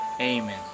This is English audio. Amen